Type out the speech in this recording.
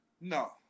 No